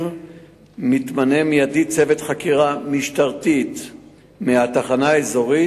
מתמנה מיידית צוות חקירה משטרתי מהתחנה האזורית,